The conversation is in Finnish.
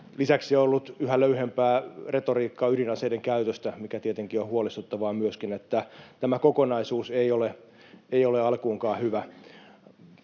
Lisäksi on ollut yhä löyhempää retoriikkaa ydinaseiden käytöstä, mikä tietenkin on huolestuttavaa myöskin, niin että tämä kokonaisuus ei ole alkuunkaan hyvä.